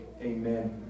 amen